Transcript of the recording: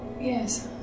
Yes